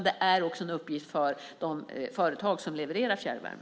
Det är också en uppgift för de företag som levererar fjärrvärme.